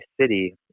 city